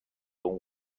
اون